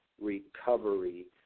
Recovery